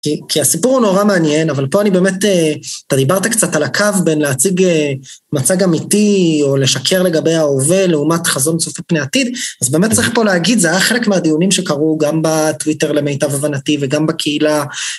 כי הסיפור הוא נורא מעניין, אבל פה אני באמת, אתה דיברת קצת על הקו בין להציג מצג אמיתי, או לשקר לגביה, ולעומת חזון צופה פני עתיד, אז באמת צריך פה להגיד, זה היה חלק מהדיונים שקרו גם בטוויטר, למיטב הבנתי וגם בקהילה.